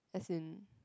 as in